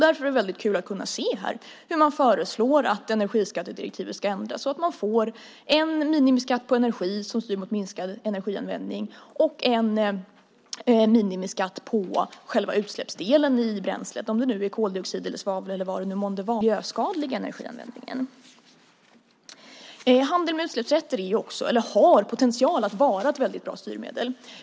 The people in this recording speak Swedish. Därför är det kul att här kunna se hur man föreslår att energiskattedirektivet ska ändras så att man får en minimiskatt på energi som styr mot minskad energianvändning och en minimiskatt på själva utsläppsdelen i bränslet - om det nu är koldioxid, svavel eller vad det månde vara. Då styr man den energianvändning man har mot den minst miljöskadliga. Handeln med utsläppsrätter har potential att vara ett bra styrmedel.